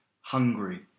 hungry